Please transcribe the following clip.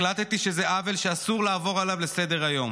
החלטתי שזה עוול שאסור לעבור עליו לסדר-היום,